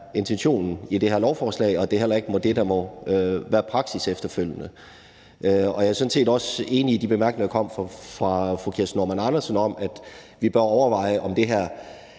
intentionen i det her lovforslag, og at det heller ikke er det, der efterfølgende må være praksis. Jeg er sådan set også enig i de bemærkninger, der kom fra fru Kirsten Normann Andersen, om, at vi bør overveje, om det her